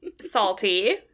Salty